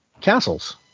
Castles